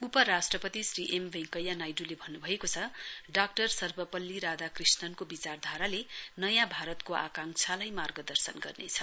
उपराष्ट्रपति श्री एम वेंकैया नाइड्ले भन्नु भएको छ डाक्टर सर्वपल्ली राधाकृष्णनको विचारधाराले नयाँ भारतको आँकाक्षालाई मार्गदर्शन गर्नेछ